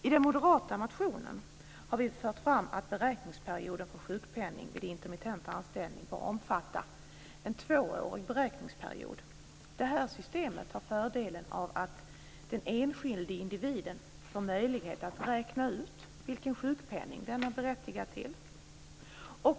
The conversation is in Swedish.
I den moderata motionen har vi fört fram att beräkningsperioden för sjukpenning vid intermittent anställning bör omfatta två år. Detta system har fördelen av att den enskilde individen får möjlighet att räkna ut vilken sjukpenning denne är berättigad till.